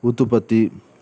ಉತುಪತಿ